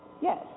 Yes